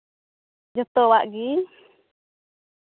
ᱡᱚᱛᱚᱣᱟᱜ ᱜᱮ